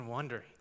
wondering